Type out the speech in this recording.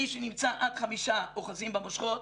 מי שנמצא עד חמישה אוחזים במושכות,